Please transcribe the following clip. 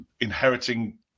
inheriting